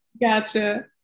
Gotcha